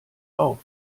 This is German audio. auf